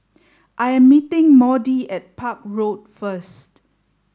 I am meeting Maudie at Park Road first